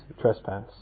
trespass